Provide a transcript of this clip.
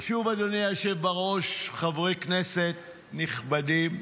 ושוב, אדוני היושב-ראש, חברי כנסת נכבדים,